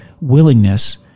willingness